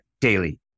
daily